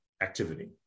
Activity